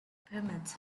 pyramids